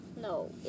No